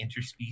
interspecies